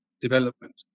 development